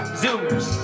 zoomers